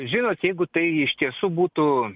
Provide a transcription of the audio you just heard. žinot jeigu tai iš tiesų būtų